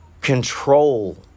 control